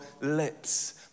lips